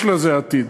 יש לזה עתיד.